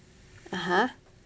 (uh huh)